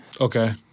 Okay